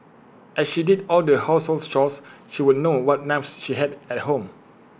as she did all the household chores she would know what knives she had at home